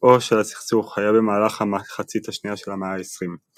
שיאו של הסכסוך היה במהלך המחצית השנייה של המאה העשרים.